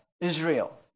Israel